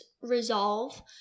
resolve